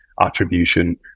attribution